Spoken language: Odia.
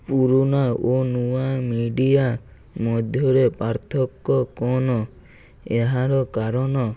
ପୁରୁଣା ଓ ନୂଆ ମିଡ଼ିଆ ମଧ୍ୟରେ ପାର୍ଥକ୍ୟ କ'ଣ ଏହାର କାରଣ